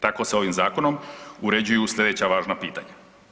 Tako se ovim zakonom uređuju slijedeća važna pitanja.